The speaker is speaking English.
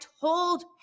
told